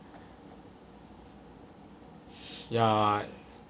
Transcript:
ya